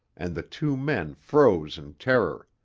and the two men froze in terror.